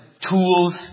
tools